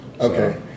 Okay